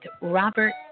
Robert